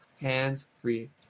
hands-free